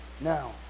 Now